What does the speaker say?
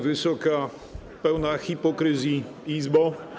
Wysoka, pełna hipokryzji Izbo!